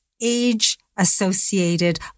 age-associated